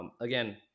Again